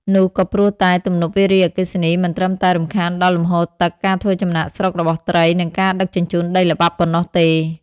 នោះក៏ព្រោះតែ ទំនប់វារីអគ្គិសនីមិនត្រឹមតែរំខានដល់លំហូរទឹក ការធ្វើចំណាកស្រុករបស់ត្រី និងការដឹកជញ្ជូនដីល្បាប់ប៉ុណ្ណោះទេ។